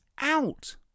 out